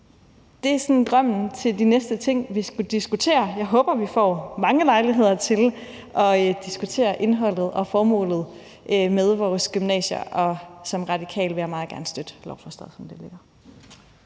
det er sådan drømmen til de næste ting, vi skal diskutere. Jeg håber, vi får mange lejligheder til at diskutere indholdet og formålet med vores gymnasier, og som radikal vil jeg meget gerne støtte lovforslaget, som det ligger.